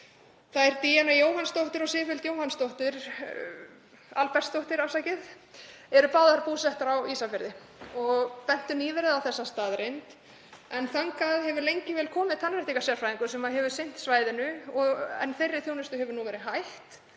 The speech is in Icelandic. Þær Díana Jóhannsdóttir og Sif Huld Albertsdóttir eru báðar búsettar á Ísafirði og bentu nýverið á þessa staðreynd en þangað hefur lengi vel komið tannréttingasérfræðingur sem hefur sinnt svæðinu. Þeirri þjónustu hefur verið hætt